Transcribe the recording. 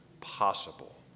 possible